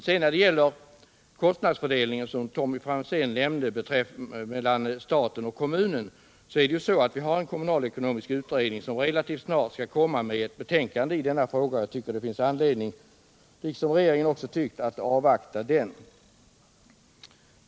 Tommy Franzén nämnde kostnadsfördelningen mellan stat och kommun. Vi har en kommunalekonomisk utredning, som relativt snart skall komma med ett betänkande i denna fråga, och jag tycker, liksom regeringen, att det finns anledning att avvakta den.